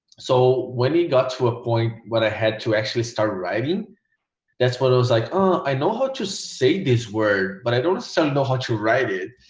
so when it got to a point when i had to actually start writing that's when i was like, ah i know how to say this word but i don't so know how to write it,